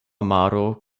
maro